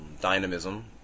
dynamism